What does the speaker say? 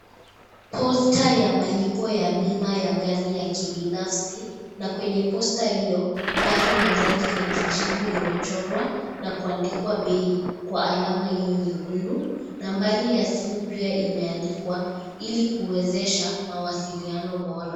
Posta ya malipo ya bima ya gari ya kibinafsi na kwenye posta hiyo gari ya rangi ya kijivu imechorwa na kuandikwa bei kwa alama hiyo nyekundu nambari ya simu pia imeandikwa ili kuwezesha mawasiliano bora